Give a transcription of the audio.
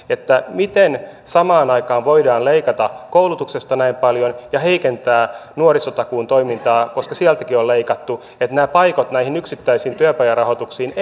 miten samaan aikaan voidaan leikata koulutuksesta näin paljon ja heikentää nuorisotakuun toimintaa koska sieltäkin on leikattu nämä paikot näihin yksittäisiin työpajarahoituksiin